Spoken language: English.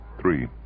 Three